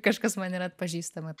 kažkas man yra atpažįstama